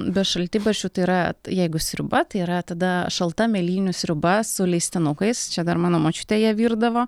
be šaltibarščių tai yra t jeigu sriuba tai yra tada šalta mėlynių sriuba su leistinukais čia dar mano močiutė ją virdavo